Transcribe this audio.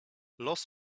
los